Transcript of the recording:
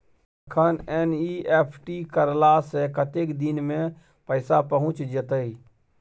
अखन एन.ई.एफ.टी करला से कतेक दिन में पैसा पहुँच जेतै?